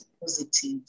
positive